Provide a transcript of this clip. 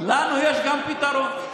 לנו יש גם פתרון.